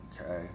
Okay